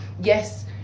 yes